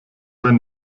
wenn